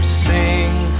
sing